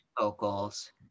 vocals